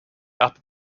upper